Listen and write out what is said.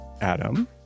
Adam